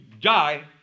die